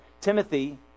Timothy